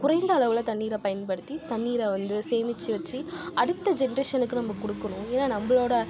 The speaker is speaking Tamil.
குறைந்த அளவில் தண்ணீரை பயன்படுத்தி தண்ணீரை வந்து சேமித்து வச்சு அடுத்த ஜெனரேஷனுக்கு நம்ம கொடுக்குணும் ஏன்னா நம்மளோட